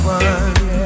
one